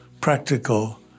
practical